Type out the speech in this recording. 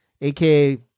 aka